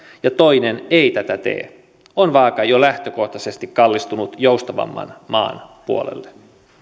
ja toinen ei tätä tee on vaaka jo lähtökohtaisesti kallistunut joustavamman maan puolelle